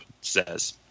says